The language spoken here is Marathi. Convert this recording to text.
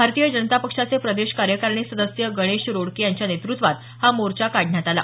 भारतीय जनता पक्षाचे प्रदेश कार्यकारणी सदस्य गणेश रोकडे यांच्या नेतृत्वात हा मोर्चा काढण्यात आला